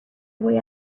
boy